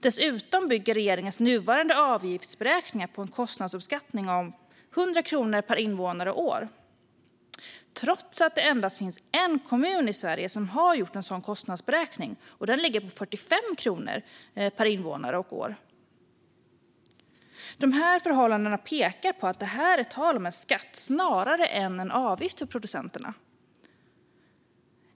Dessutom bygger regeringens nuvarande avgiftsberäkningar på en kostnadsuppskattning om 100 kronor per invånare och år - trots att endast en kommun i Sverige har gjort en sådan kostnadsberäkning, vilken ligger på 45 kronor per invånare och år. Dessa förhållanden pekar på att det är tal om en skatt snarare än en avgift för producenterna.